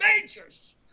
majors